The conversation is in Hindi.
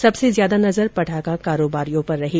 सबसे ज्यादा नजर पटाखा कारोबारियों पर रही